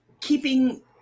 keeping